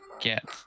get